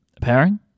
pairing